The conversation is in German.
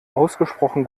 ausgesprochen